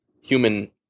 human